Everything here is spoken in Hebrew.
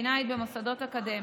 הפלסטינית במוסדות אקדמיים,